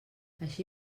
així